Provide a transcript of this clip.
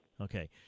Okay